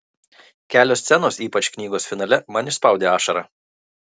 kelios scenos ypač knygos finale man išspaudė ašarą